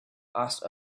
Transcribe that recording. asked